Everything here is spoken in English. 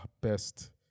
best